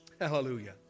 Hallelujah